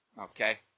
Okay